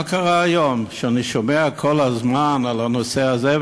מה קרה היום שאני שומע כל הזמן על הנושא הזה?